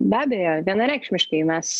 be abejo vienareikšmiškai mes